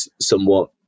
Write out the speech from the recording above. somewhat